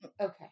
Okay